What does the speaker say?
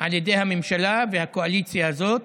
על ידי הממשלה והקואליציה הזאת,